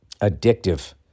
addictive